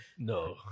No